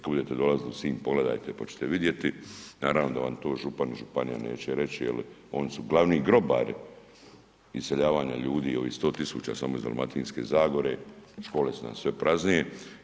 Kada budete dolazili u Sinj pogledajte pa ćete to vidjeti, naravno da vam to župan i županija neće reći jel oni su glavni grobari iseljavanja ljudi, evo 100.000 samo iz Dalmatinske zagore, škole su nam sve praznije.